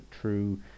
true